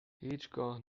هیچگاه